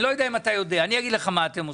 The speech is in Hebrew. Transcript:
אני לא יודע אם אתה יודע אני אגיד לך מה אתם עושים,